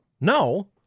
No